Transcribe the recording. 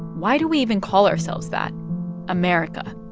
why do we even call ourselves that america?